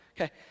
okay